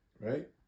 right